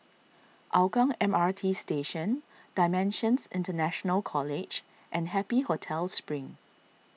Hougang M R T Station Dimensions International College and Happy Hotel Spring